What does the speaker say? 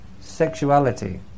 sexuality